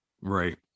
Right